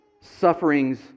sufferings